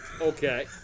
Okay